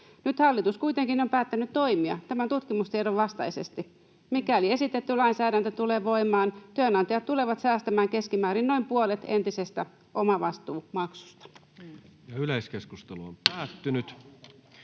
Nyt hallitus kuitenkin on päättänyt toimia tämän tutkimustiedon vastaisesti. Mikäli esitetty lainsäädäntö tulee voimaan, työnantajat tulevat säästämään keskimäärin noin puolet entisestä omavastuumaksusta. Ensimmäiseen käsittelyyn